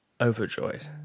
Overjoyed